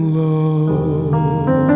love